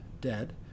dead